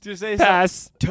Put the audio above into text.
Pass